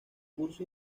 curso